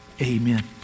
amen